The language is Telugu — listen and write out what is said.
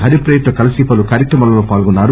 హరిప్రియతో కలీసి పలు కార్యక్రమాలలో పాల్గొన్నారు